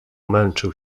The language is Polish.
męczył